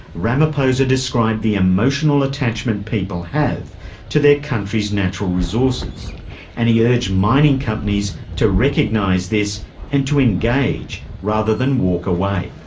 ramaphosa described the emotional attachment people have to their country's natural resources and he urged mining companies to recognise this and to engage rather than walk away.